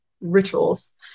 rituals